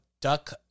duck